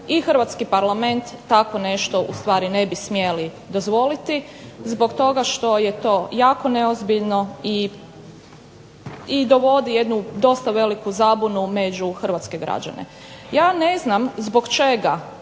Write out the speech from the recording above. i hrvatski Parlament tako nešto u stvari ne bi smjeli dozvoliti zbog toga što je to jako neozbiljno i dovodi jednu dosta veliku zabunu među hrvatske građane. Ja ne znam zbog čega